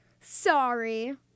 sorry